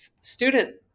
student